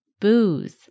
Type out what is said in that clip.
booze